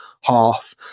half